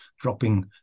dropping